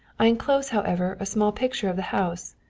i enclose, however, a small picture of the house,